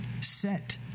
Set